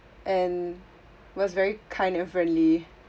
and was very kind and friendly